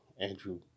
Andrew